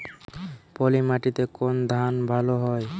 পলিমাটিতে কোন ধান ভালো হয়?